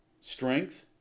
strength